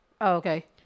okay